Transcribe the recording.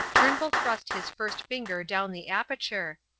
turnbull thrust his first finger down the aperture,